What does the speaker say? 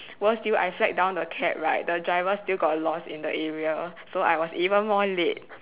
worse still I flag down the cab right the driver still got lost in the area so I was even more late